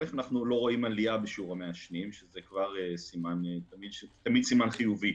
שזה תמיד סימן חיובי.